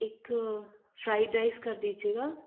एक fried rice कर दीजिएगा